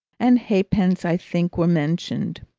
and halfpence, i think, were mentioned.